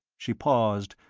she paused,